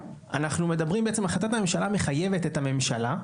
החלטת הממשלה מחייבת את הממשלה,